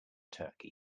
turkey